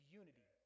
unity